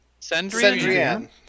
Sendrian